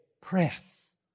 press